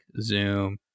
Zoom